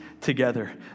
together